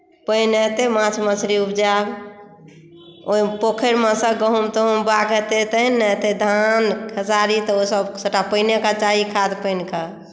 पानि हेतै माछ मछरी उपजायब ओहि पखरिमे सँ गहुँम तहुँम बाग हेतै तखन ने हेतै धान खेसारी तऽ ओसभ सभटा पानिएके चाही काज पानिके